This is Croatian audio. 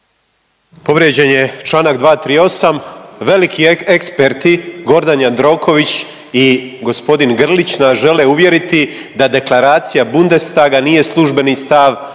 Povrijeđen je čl. 238., veliki eksperti Gordan Jandroković i g. Grlić nas žele uvjeriti da deklaracija Bundestaga nije službeni stav